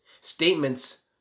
Statements